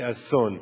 כאסון,